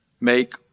make